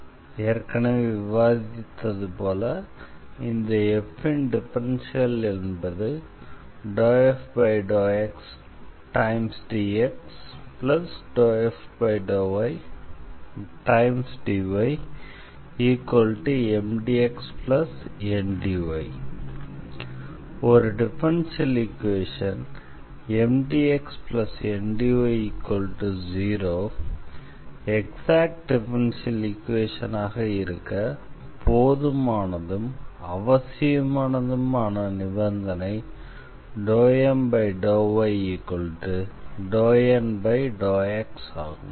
எனவே ஏற்கனவே விவாதித்ததுபோல இந்த f ன் டிஃபரன்ஷியல் என்பது ∂f∂xdx∂f∂ydyMdxNdy ஒரு differential equation MdxNdy0 exact differential ஈக்வேஷனாக இருக்க போதுமானதும் அவசியமானதுமான நிபந்தனை ∂M∂y∂N∂x ஆகும்